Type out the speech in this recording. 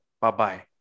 Bye-bye